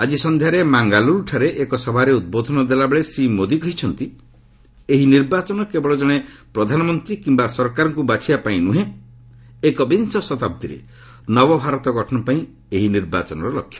ଆକି ସନ୍ଧ୍ୟାରେ ମାଙ୍ଗାଲୁରୁଠାରେ ଏକ ସଭାରେ ଉଦ୍ବୋଧନ ଦେଲାବେଳେ ଶ୍ରୀ ମୋଦି କହିଛନ୍ତି ଏହି ନିର୍ବାଚନ କେବଳ ଜଣେ ପ୍ରଧାନମନ୍ତ୍ରୀ କିମ୍ବା ସରକାରଙ୍କୁ ବାଛିବା ପାଇଁ ନୁହେଁ ଏକବିଂଶ ଶତାବ୍ଦୀରେ ନବଭାରତ ଗଠନ ପାଇଁ ଏହି ନିର୍ବାଚନର ଲକ୍ଷ୍ୟ